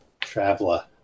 Traveler